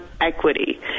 equity